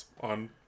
on